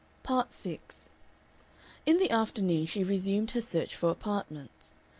part six in the afternoon she resumed her search for apartments.